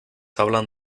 hablan